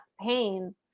pain